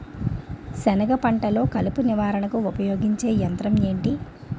సెనగ పంటలో కలుపు నివారణకు ఉపయోగించే యంత్రం ఏంటి?